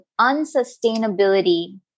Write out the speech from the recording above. unsustainability